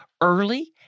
early